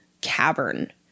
cavern